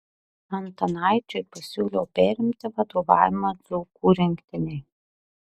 antanaičiui pasiūliau perimti vadovavimą dzūkų rinktinei